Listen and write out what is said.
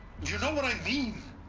you know what i mean!